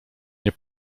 nie